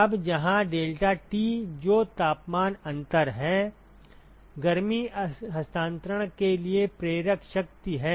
अब जहां delta T जो तापमान अंतर है गर्मी हस्तांतरण के लिए प्रेरक शक्ति है